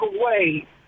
away